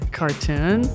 cartoon